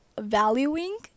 valuing